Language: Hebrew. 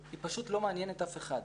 כי פשוט לא מעניין את אף אחד.